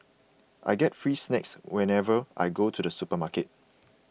I get free snacks whenever I go to the supermarket